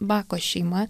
bako šeima